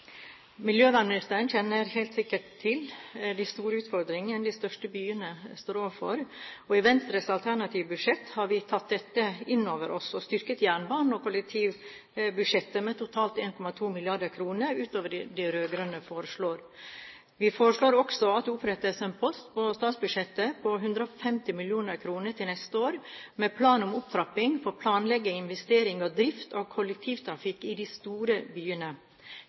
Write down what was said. Miljøvernministeren kjenner helt sikkert til de store utfordringene de største byene står overfor, og i Venstres alternative budsjett har vi tatt dette inn over oss og styrket jernbanen og kollektivbudsjettet med totalt 1,2 mrd. kr utover det de rød-grønne foreslår. Vi foreslår også at det opprettes en post på statsbudsjettet på 150 mill. kr til neste år, med plan om opptrapping for planlegging, investering og drift av kollektivtrafikk i de store byene.